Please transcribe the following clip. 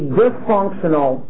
dysfunctional